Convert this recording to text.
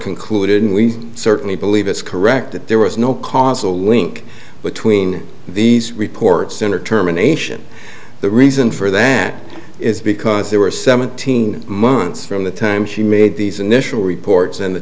concluded and we certainly believe it's correct that there was no causal link between these reports center terminations the reason for that is because there were seventeen months from the time she made these initial reports and the